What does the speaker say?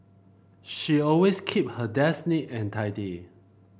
she always keep her desk neat and tidy